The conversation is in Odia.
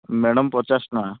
ମ୍ୟାଡ଼ମ୍ ପଚାଶ ଟଙ୍କା